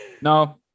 no